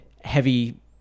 heavy